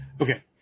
Okay